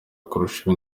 kurusha